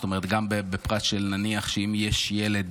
זאת אומרת, נניח שיש ילד